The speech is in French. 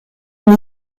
une